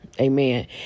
Amen